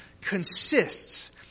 consists